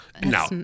Now